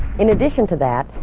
in addition to that,